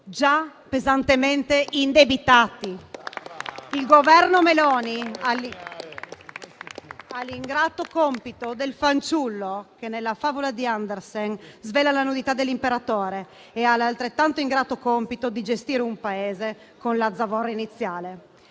già pesantemente indebitati. Il Governo Meloni ha l'ingrato compito del fanciullo che, nella favola di Andersen, svela la nudità dell'imperatore e ha l'altrettanto ingrato compito di gestire un Paese con la zavorra iniziale.